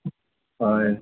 होय